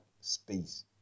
space